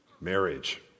marriage